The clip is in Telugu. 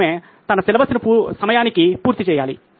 ఆమె తన సిలబస్ను సమయానికి పూర్తి చేయాలి